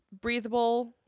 breathable